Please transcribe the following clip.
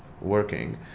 working